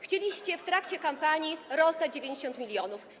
Chcieliście w trakcie kampanii rozdać 90 mln.